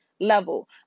Level